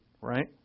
Right